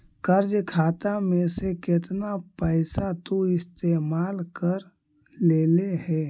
कर्ज खाता में से केतना पैसा तु इस्तेमाल कर लेले हे